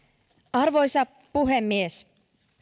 arvoisa puhemies